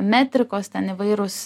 metrikos ten įvairūs